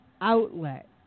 outlet